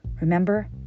Remember